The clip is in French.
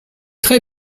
très